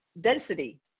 density